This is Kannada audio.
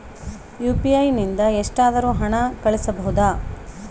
ಯು.ಪಿ.ಐ ನಿಂದ ಎಷ್ಟಾದರೂ ಹಣ ಕಳಿಸಬಹುದಾ?